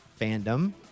fandom